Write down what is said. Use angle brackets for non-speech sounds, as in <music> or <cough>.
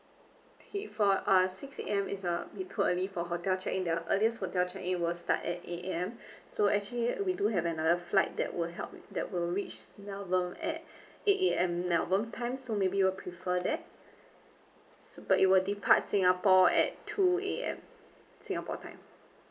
okay for uh six A_M is uh is too early for hotel check in the earliest hotel check in will start at eight A_M <breath> so actually we do have another flight that will help that will reach melbourne at <breath> eight A_M melbourne time so maybe you will prefer that so but it will depart singapore at two A_M singapore time